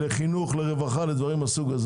לחינוך, לרווחה וכו'.